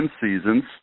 seasons